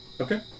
Okay